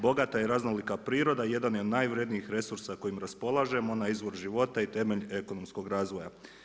Bogata i raznolika priroda jedan je od najvrednijih resursa s kojim raspolažemo, ona je izvor života i temelj ekonomskog razvoja.